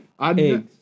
eggs